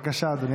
בבקשה, אדוני.